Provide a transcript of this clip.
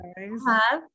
Hi